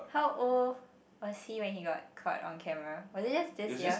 how old was he when he got caught on camera was it this year